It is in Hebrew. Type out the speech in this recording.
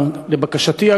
לבקשתי,